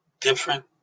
different